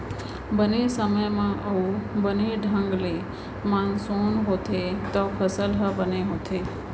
बने समे म अउ बने ढंग ले मानसून होथे तव फसल ह बने होथे